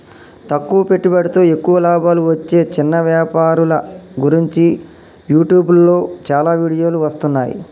తక్కువ పెట్టుబడితో ఎక్కువ లాభాలు వచ్చే చిన్న వ్యాపారుల గురించి యూట్యూబ్లో చాలా వీడియోలు వస్తున్నాయి